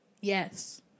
Yes